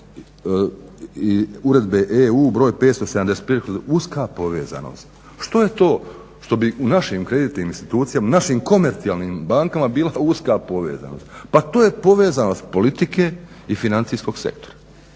Uredbe EU br. 575 uska povezanost. Što je to što bi u našim kreditnim institucijama, našim komercijalnim bankama bila uska povezanost? Pa to je povezanost politike i financijskog sektora